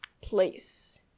place